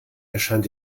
erscheint